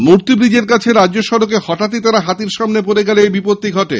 মূর্তি ব্রীজের কাছে রাজ্য সড়কে হঠাতই তারা হাতির সামনে পড়ে গেলে এই দূর্ঘটনা ঘটে